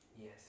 Yes